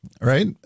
right